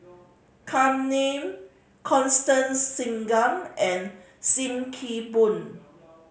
Kam Ning Constance Singam and Sim Kee Boon